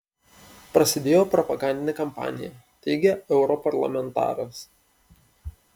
prasidėjo propagandinė kampanija teigia europarlamentaras